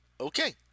Okay